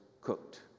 cooked